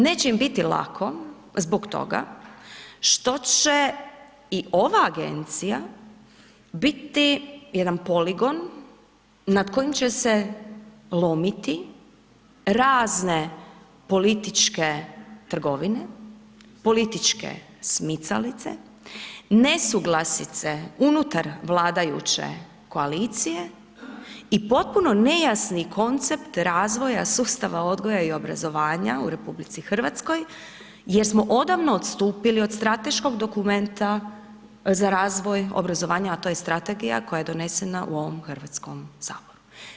Neće im biti lako zbog toga što će i ova agencija biti jedan poligon nad kojim će se lomiti razne političke trgovine, političke smicalice, nesuglasice unutar vladajuće koalicije i potpuno nejasni koncept razvija sustava odgoja i obrazovanja u RH jer smo odavno odstupili od strateškog dokumenta za razvoj obrazovanja a to je strategija koja je donesena u ovom Hrvatskom saboru.